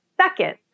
second